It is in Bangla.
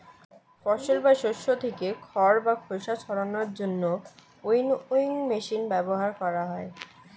ফসল বা শস্য থেকে খড় বা খোসা ছাড়ানোর জন্য উইনউইং মেশিন ব্যবহার করা হয়